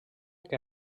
que